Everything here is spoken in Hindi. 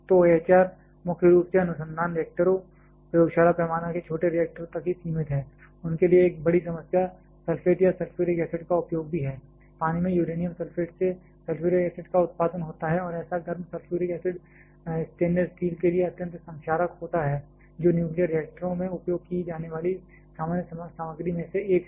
तो AHR मुख्य रूप से अनुसंधान रिएक्टरों प्रयोगशाला पैमाने के छोटे रिएक्टरों तक ही सीमित है उनके लिए एक बड़ी समस्या सल्फेट या सल्फ्यूरिक एसिड का उपयोग भी है पानी में यूरेनियम सल्फेट से सल्फ्यूरिक एसिड का उत्पादन होता है और ऐसा गर्म सल्फ्यूरिक एसिड स्टेनलेस स्टील के लिए अत्यंत संक्षारक होता है जो न्यूक्लियर रिएक्टरों में उपयोग की जाने वाली सामान्य सामग्री में से एक है